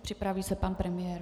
Připraví se pan premiér.